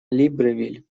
либревиль